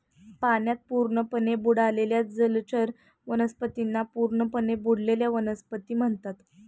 पाण्यात पूर्णपणे बुडालेल्या जलचर वनस्पतींना पूर्णपणे बुडलेल्या वनस्पती म्हणतात